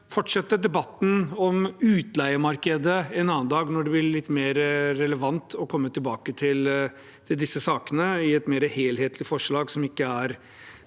fortsette debatten om utleiemarkedet en annen dag når det blir litt mer relevant å komme tilbake til disse sakene, i et mer helhetlig forslag som ikke er